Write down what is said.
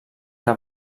que